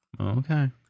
Okay